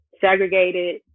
segregated